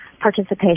participation